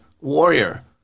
warrior